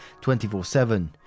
24-7